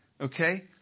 okay